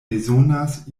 bezonas